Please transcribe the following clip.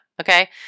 Okay